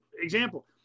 example